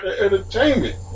entertainment